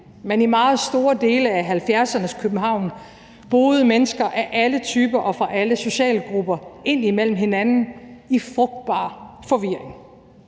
men i meget store dele af 70'ernes København boede mennesker af alle typer og fra alle socialgrupper ind imellem hinanden i frugtbar forvirring: